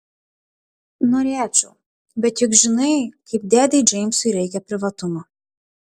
norėčiau bet juk žinai kaip dėdei džeimsui reikia privatumo